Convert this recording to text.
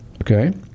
Okay